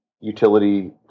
utility